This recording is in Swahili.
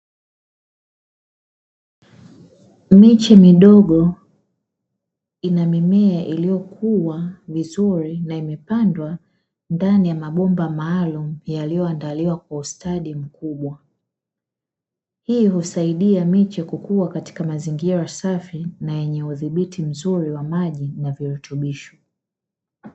Miche midogo ina mimea iliyokuwa vizuri na imepandwa ndani ya mabomba maalumu yaliyoandaliwa kwa ustadi mkubwa hii husaidia miche kukua katika mazingira safi na yenye udhibiti mzuri wa maji na virutubisho.